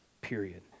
period